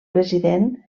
president